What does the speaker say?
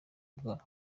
bwabo